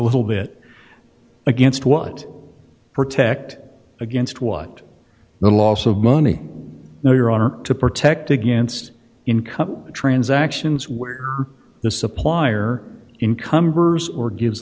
a little bit against what protect against what the loss of money now your honor to protect against income transactions where the supplier encumbers or gives